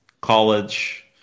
college